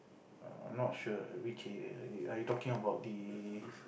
I'm not sure which area you are you talking about the